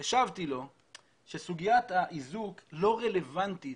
השבתי לו שסוגיית האיזוק לא רלוונטית,